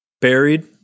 Buried